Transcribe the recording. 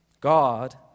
God